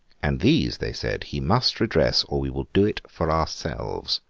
and these they said, he must redress, or we will do it for ourselves